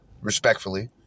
respectfully